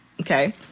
okay